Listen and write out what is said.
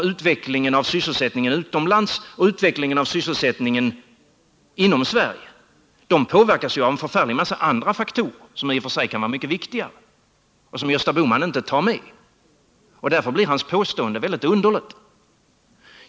Utvecklingen av sysselsättningen utomlands och utvecklingen av sysselsättningen inom Sverige påverkas ju av en stor mängd andra faktorer, vilka i och för sig kan vara mycket viktiga men som Gösta Bohman inte tar med. Därför blir hans påstående väldigt underligt.